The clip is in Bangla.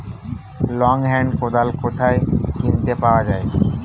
লং হেন্ড কোদাল কোথায় কিনতে পাওয়া যায়?